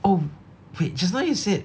oh wait just now you said